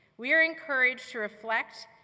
we are encouraged to reflect,